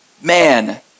man